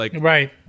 Right